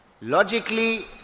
Logically